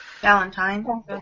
Valentine